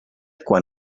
quan